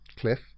cliff